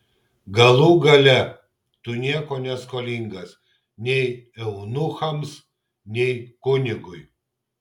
galų gale tu nieko neskolingas nei eunuchams nei kunigui